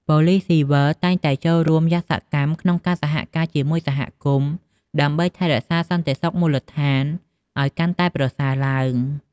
ប៉ូលិសស៊ីវិលតែងតែចូលរួមយ៉ាងសកម្មក្នុងការសហការជាមួយសហគមន៍ដើម្បីថែរក្សាសន្តិសុខមូលដ្ឋានឲ្យកាន់តែប្រសើរឡើង។